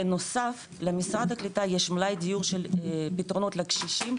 בנוסף למשרד הקליטה יש מלאי דיור של פתרונות לקשישים,